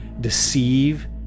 deceive